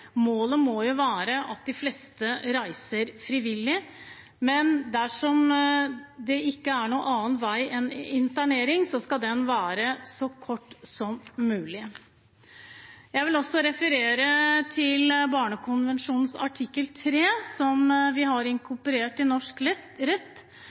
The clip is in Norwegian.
Målet må være at de fleste reiser frivillig, men dersom det ikke er noen annen utvei enn internering, skal den være så kort som mulig. Jeg vil også referere til Barnekonvensjonens artikkel 3, som vi har inkorporert i norsk rett,